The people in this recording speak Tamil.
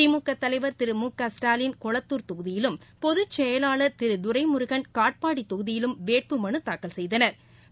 திமுகதலைவர் திரு மு க ஸ்டாலின் கொளத்தூர் தொகுதியிலும் பொதுச்செயலாள் திருதுரைமுருகன் காட்பாடிதொகுதியிலும் வேட்புமனுமனுதாக்கல் செய்தனா்